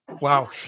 Wow